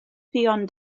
ffion